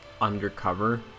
undercover